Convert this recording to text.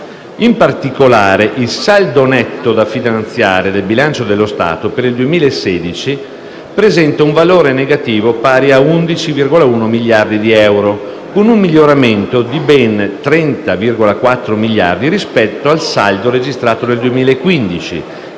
In particolare, il saldo netto da finanziare del bilancio dello Stato per il 2016 presenta un valore negativo pari a 11,1 miliardi di euro, con un miglioramento di ben 30,4 miliardi rispetto al saldo registrato nel 2015,